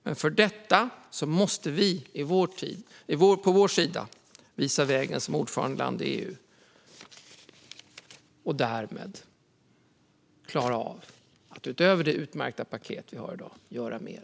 Men för detta måste vi på vår sida visa vägen som ordförandeland i EU och därmed klara av att, utöver det utmärkta paket vi har i dag, göra mer.